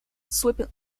sweeping